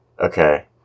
Okay